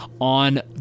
on